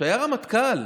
שהיה רמטכ"ל,